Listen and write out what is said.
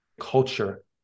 culture